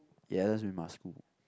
ya just we must move